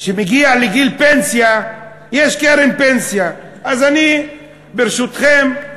שמגיע לגיל פנסיה יש קרן פנסיה, ואני, ברשותכם,